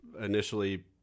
initially